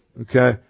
okay